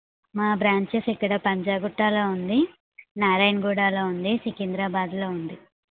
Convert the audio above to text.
మా బ్రాంచెస్ ఇక్కడ పంజాగుట్టలో ఉంది నారాయణగూడలో ఉంది సికింద్రాబాద్లో ఉంది